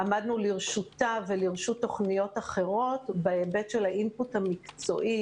עמדנו לרשותה ולרשות תוכניות אחרות בהיבט של האינפוט המקצועי,